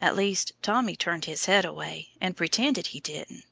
at least, tommy turned his head away and pretended he didn't,